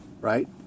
right